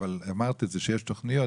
אבל אמרת שיש תוכניות,